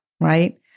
right